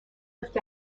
lift